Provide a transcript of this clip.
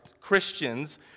Christians